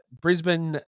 Brisbane